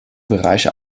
bereiche